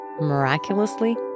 miraculously